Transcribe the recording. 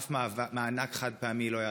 אף מענק חד-פעמי לא יעזור.